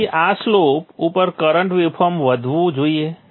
તેથી આ સ્લોપ ઉપર કરંટ વેવફોર્મ વધવું જોઈએ